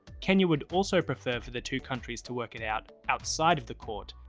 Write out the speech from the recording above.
kenya would also prefer for the two countries to work it out outside of the court,